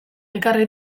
ekarri